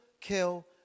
kill